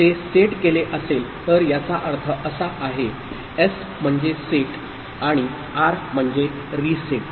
जर ते सेट केले असेल तर याचा अर्थ असा आहे एस म्हणजे सेट आणि आर म्हणजे रीसेट